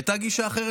הייתה גישה אחרת,